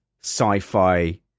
sci-fi